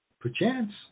Perchance